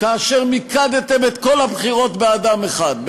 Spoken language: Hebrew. כאשר מיקדתם את כל הבחירות באדם אחד,